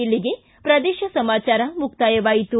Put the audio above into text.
ಇಲ್ಲಿಗೆ ಪ್ರದೇಶ ಸಮಾಚಾರ ಮುಕ್ತಾಯವಾಯಿತು